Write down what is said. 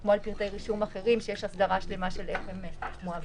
כמו על פרטי רישום אחרים שיש הסדרה שלמה של איך הם מועברים.